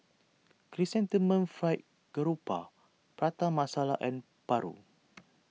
Chrysanthemum Fried Garoupa Prata Masala and Paru